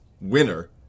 winner